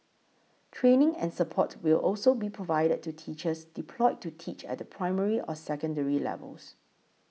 training and support will also be provided to teachers deployed to teach at the primary or secondary levels